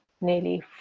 nearly